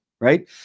right